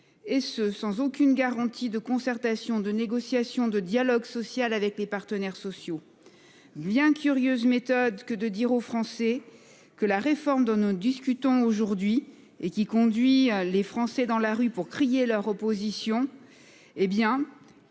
et ce sans aucune garantie de concertations, de négociations de dialogue social avec les partenaires sociaux. Bien curieuse méthode que de dire aux Français que la réforme dont nous discutons aujourd'hui et qui conduit les Français dans la rue pour crier leur opposition. Hé bien.